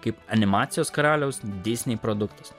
kaip animacijos karaliaus disney produktas